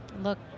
look